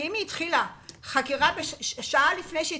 כי אם היא התחילה חקירה שעה לפני שהיא